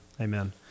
Amen